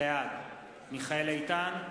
בעד מיכאל איתן,